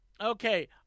Okay